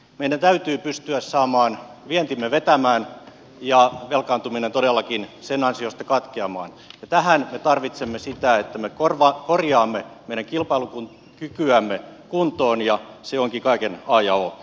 meidän täytyy pystyä saamaan vientimme vetämään ja velkaantuminen todellakin sen ansiosta katkeamaan ja tähän me tarvitsemme sitä että me korjaamme meidän kilpailukykyämme kuntoon ja se onkin kaiken a ja o